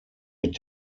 mit